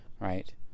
right